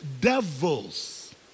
devils